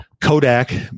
Kodak